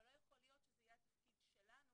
אבל לא יכול להיות שזה יהיה התפקיד שלנו,